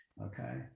Okay